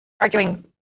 arguing